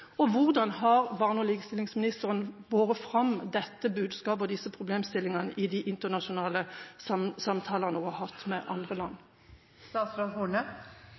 og hvordan har barne- og likestillingsministeren båret fram dette budskapet og disse problemstillingene i de internasjonale samtalene hun har hatt med andre land?